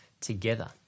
together